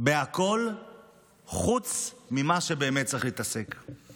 בכול חוץ ממה שבאמת צריך להתעסק בו.